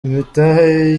imitahe